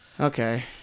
Okay